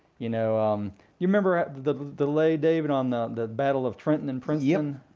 you know um you remember the delay, david, on the the battle of trenton and princeton? um